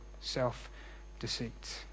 self-deceit